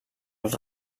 els